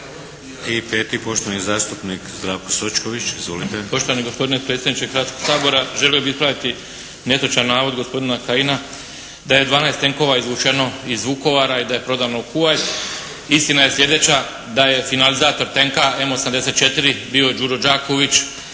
I peti poštovani zastupnik Zdravko Sočković, izvolite. **Sočković, Zdravko (HDZ)** Poštovani gospodine predsjedniče Hrvatskog sabora želio bih ispraviti netočan navod gospodina Kajina da je 12 tenkova izvučeno iz Vukovara i da je prodano u Kuvajt. Istina je sljedeća da je finalizator tenka «M-84» bio «Đuro Đaković»